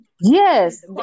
Yes